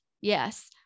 yes